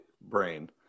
brain